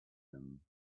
them